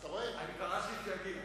אני פרשתי לפי הגיל.